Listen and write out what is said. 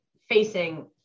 facing